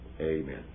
Amen